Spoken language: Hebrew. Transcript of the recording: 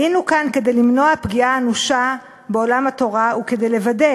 היינו כאן כדי למנוע פגיעה אנושה בעולם התורה וכדי לוודא